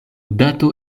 dato